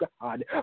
God